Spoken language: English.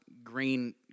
Green